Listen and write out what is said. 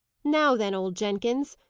now then, old jenkins!